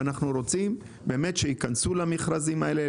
אנחנו רוצים להקל עליהן כדי שהן ייכנסו למכרזים האלה.